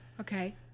Okay